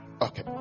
Okay